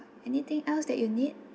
anything else that you need